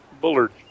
bullard